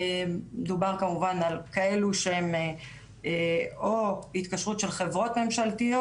דובר כמובן על כאלו שהן או התקשרות של המדינה,